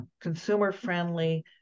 consumer-friendly